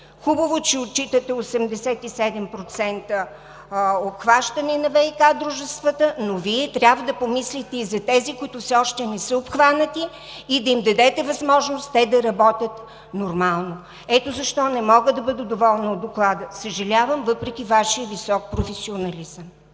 Хубаво е, че отчитате 87% обхващане на ВиК дружествата, но Вие трябва да помислите и за тези, които все още не са обхванати, и да им дадете възможност да работят нормално. Ето защо не мога да бъда доволна от Доклада, съжалявам, въпреки Вашия висок професионализъм.